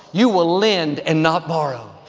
you will lend and not borrow.